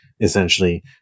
essentially